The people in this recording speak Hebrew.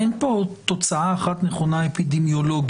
אין פה תוצאה אחת נכונה אפידמיולוגית.